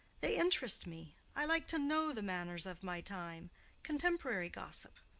they interest me. i like to know the manners of my time contemporary gossip,